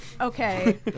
okay